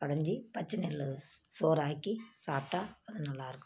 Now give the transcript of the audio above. கடைஞ்சு பச்சை நெல்லு சோறு ஆக்கி சாப்பிட்டா அது நல்லாயிருக்கும்